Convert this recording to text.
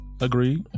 Agreed